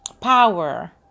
power